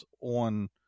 on